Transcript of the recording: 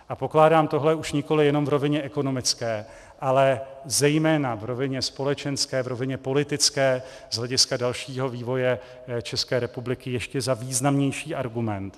A pokládám tohle už nikoliv jenom v rovině ekonomické, ale zejména v rovině společenské, v rovině politické z hlediska dalšího vývoje České republiky za ještě významnější argument.